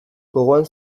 gogoan